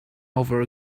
over